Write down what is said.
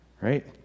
right